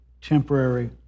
temporary